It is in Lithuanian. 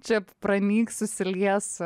čia pranyks susilies